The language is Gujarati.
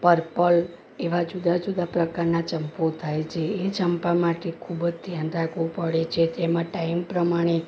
પર્પલ એવા જુદાં જુદાં પ્રકારના ચંપો થાય છે જે એ ચંપા માટે ખૂબ જ ધ્યાન રાખવું પડે છે તેમાં ટાઈમ પ્રમાણે